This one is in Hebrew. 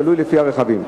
לפי הרכבים.